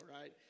right